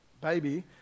baby